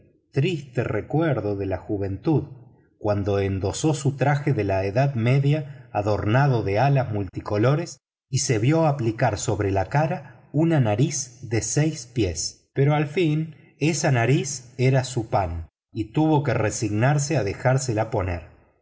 triste recuerdo de la juventud cuando endosó su traje de la edad media adornado de alas multicolores y se vio aplicar sobre la cara una nariz de seis pies pero al fin esa nariz era su pan y tuvo que resignarse a dejársela poner